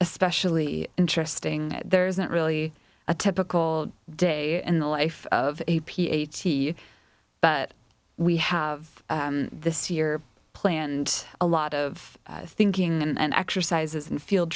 especially interesting there isn't really a typical day in the life of a ph d but we have this year planned a lot of thinking and exercises and field